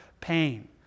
pain